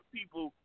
people